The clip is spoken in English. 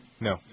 No